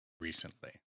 recently